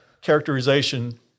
characterization